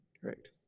Correct